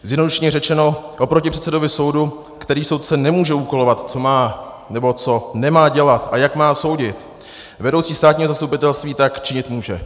Zjednodušeně řečeno, oproti předsedovi soudu, který soudce nemůže úkolovat, co má, nebo co nemá dělat a jak má soudit, vedoucí státního zastupitelství tak činit může.